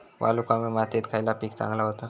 वालुकामय मातयेत खयला पीक चांगला होता?